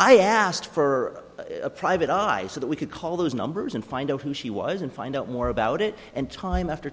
i asked for a private eye so that we could call those numbers and find out who she was and find out more about it and time after